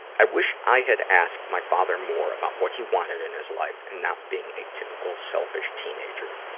i wish i had asked my father more about what he wanted in his life and not being a typical selfish teenager.